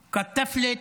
(אומר דברים בשפה הערבית,